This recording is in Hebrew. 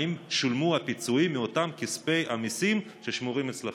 האם שולמו הפיצויים מאותם כספי מיסים ששמורים אצלכם?